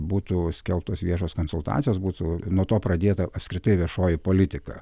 būtų skelbtos viešos konsultacijos būtų nuo to pradėta apskritai viešoji politika